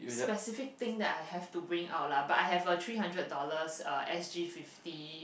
specific thing that I have to bring it our lah but I have a three hundred dollars uh S_G fifty